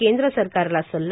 केंद्र सरकारला सल्ला